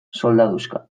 soldaduska